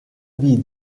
vie